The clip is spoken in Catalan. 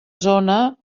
zona